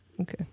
Okay